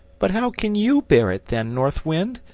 but how can you bear it then, north wind?